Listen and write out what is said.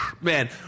man